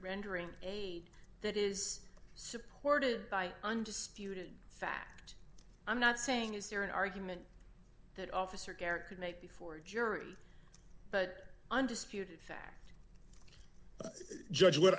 rendering aid that is supported by undisputed fact i'm not saying is there an argument that officer kerrick could make before a jury but undisputed fact judge what